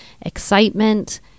excitement